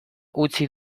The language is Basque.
utzi